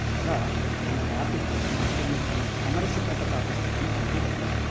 तदा मम मातुः मह्यमेकम् अमरचित्रकथापुस्तकम् आनीय दत्तवती